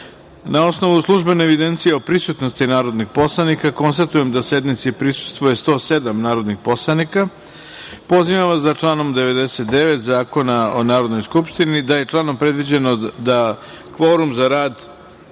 osnovu službene evidencije o prisutnosti narodnih poslanika, konstatujem da sednici prisustvuje 107 narodnih poslanika. Podsećam vas da je članom 49. Zakona o Narodnoj skupštini predviđeno da kvorum za rad